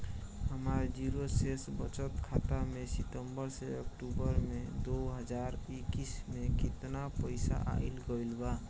हमार जीरो शेष बचत खाता में सितंबर से अक्तूबर में दो हज़ार इक्कीस में केतना पइसा आइल गइल बा?